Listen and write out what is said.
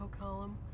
column